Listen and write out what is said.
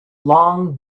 long